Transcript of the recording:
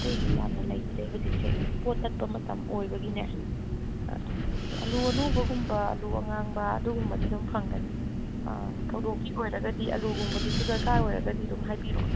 ꯑꯇꯩꯗꯤ ꯌꯥꯝꯅ ꯂꯩꯇ꯭ꯔꯦ ꯍꯧꯖꯤꯛꯁꯦ ꯄꯣꯠ ꯇꯠꯄ ꯃꯇꯝ ꯑꯣꯏꯕꯒꯤꯅꯦ ꯑꯗꯨꯝ ꯂꯩꯇ꯭ꯔꯦ ꯑꯥꯜꯂꯨ ꯑꯅꯧꯕꯒꯨꯝꯕ ꯑꯥꯜꯂꯨ ꯑꯉꯥꯡꯕ ꯑꯗꯨꯒꯨꯝꯕꯗꯤ ꯑꯗꯨꯝ ꯐꯪꯒꯅꯤ ꯑꯥ ꯊꯧꯗꯣꯛꯀꯤ ꯑꯣꯏꯔꯒꯗꯤ ꯑꯥꯜꯂꯨꯒꯨꯝꯕꯗꯨꯁꯨ ꯗꯔꯀꯥꯔ ꯑꯣꯏꯔꯒꯗꯤ ꯑꯗꯨꯝ ꯍꯥꯏꯕꯤꯔꯛꯑꯣ ꯌꯥꯅꯤ